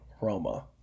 Roma